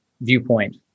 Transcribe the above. viewpoint